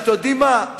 אתם יודעים מה,